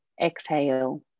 Exhale